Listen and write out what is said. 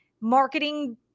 marketing